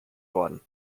worden